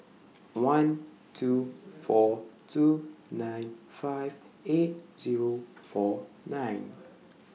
one two four two nine five eight Zero four nine